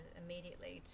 immediately